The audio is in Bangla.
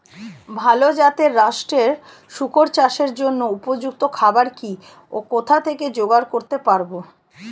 ভালো জাতিরাষ্ট্রের শুকর চাষের জন্য উপযুক্ত খাবার কি ও কোথা থেকে জোগাড় করতে পারব?